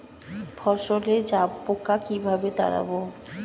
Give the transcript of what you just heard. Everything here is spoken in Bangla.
ফসলে জাবপোকা কিভাবে তাড়াব?